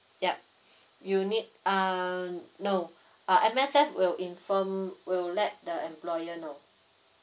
yup you need uh no uh M_S_F will inform will let the employer know